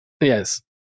Yes